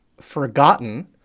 forgotten